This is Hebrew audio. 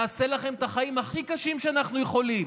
נעשה לכם את החיים הכי קשים שאנחנו יכולים,